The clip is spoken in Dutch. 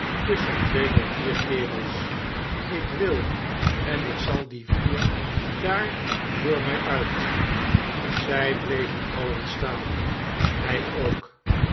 tusschen tweemaal vier kerels ik wil en ik zal die vier daar voor mij uit zij bleven alien staan hij ook